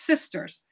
sisters